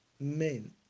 men